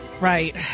Right